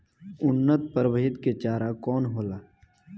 उन्नत प्रभेद के चारा कौन होला?